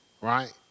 right